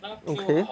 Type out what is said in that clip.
okay